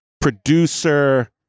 producer